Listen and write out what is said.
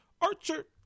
Archer